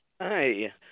Hi